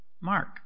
Mark